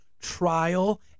Trial